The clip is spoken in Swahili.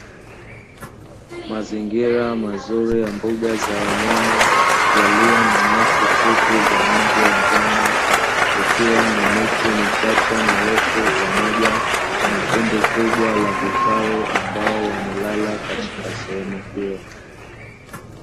Haya ni maneno kutoka kwenye sauti uliyotuma: Mandhari ya mbugani. Nyasi zimekauka, miti yote imekauka, imestawi kwa udogo sana. Kwa mbali zinaonekana nyumba za watu na juu kuna wingu la bluu na kwa mbali kabisa unaonekana mlima. Eneo hili linaonekana kukumbwa na tatizo la ukame.